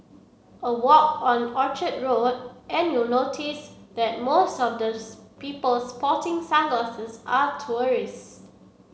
a walk on Orchard Road and you'll notice that most of the people sporting sunglasses are tourists